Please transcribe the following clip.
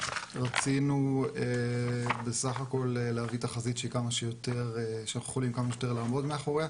רצינו בסך הכל להביא תחזית שאנחנו יכולים כמה שיותר לעמוד מאחריה,